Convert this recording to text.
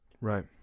right